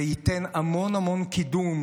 זה ייתן המון המון קידום,